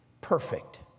perfect